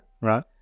right